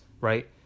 right